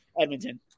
Edmonton